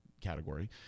category